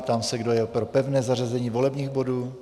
Ptám se, kdo je pro pevné zařazení volebních bodů.